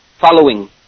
following